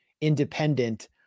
independent